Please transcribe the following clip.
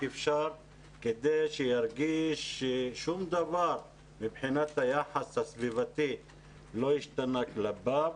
אפשר כדי שירגיש ששום דבר מבחינת היחס הסביבתי לא השתנה כלפיו.